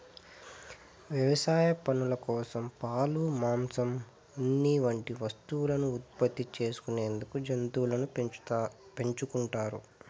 వ్యవసాయ పనుల కోసం, పాలు, మాంసం, ఉన్ని వంటి వస్తువులను ఉత్పత్తి చేసుకునేందుకు జంతువులను పెంచుకుంటారు